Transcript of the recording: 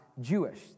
Jewish